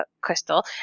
crystal